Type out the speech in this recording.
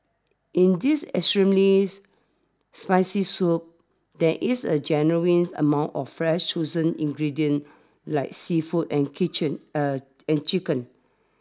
in this extremely's spicy soup there is a genuine amount of fresh chosen ingredients like seafood and kitchen and chicken